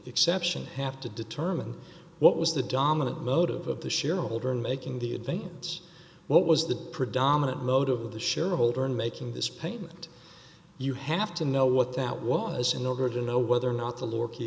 exception have to determine what was the dominant motive of the shareholder i'm making the advance what was the predominant motiv with the shareholder in making this payment you have to know what that was in order to know whether not the lure key